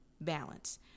balance